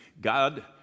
God